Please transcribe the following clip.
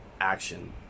action